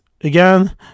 again